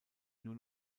nur